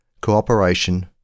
Cooperation